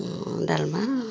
ଡାଲମା